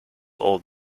old